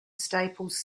staples